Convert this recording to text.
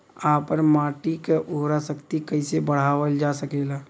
आपन माटी क उर्वरा शक्ति कइसे बढ़ावल जा सकेला?